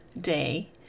day